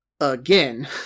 again